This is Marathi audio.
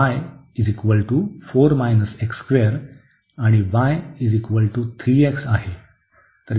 तर आता आपल्याकडे y आणि y 3x आहे